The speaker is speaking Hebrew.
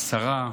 השרה,